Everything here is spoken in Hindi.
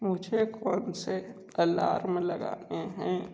मुझे कौन से अलार्म लगाने हैं